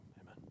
amen